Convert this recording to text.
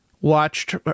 watched